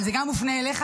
אבל זה גם מופנה אליך,